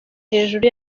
hejuru